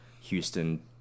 Houston